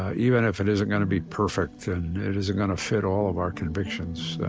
ah even if it isn't going to be perfect and it isn't going to fit all of our convictions,